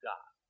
God